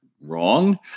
wrong